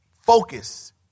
focus